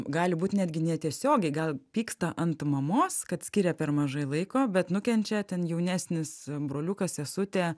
gali būt netgi netiesiogiai gal pyksta ant mamos kad skiria per mažai laiko bet nukenčia ten jaunesnis broliukas sesutė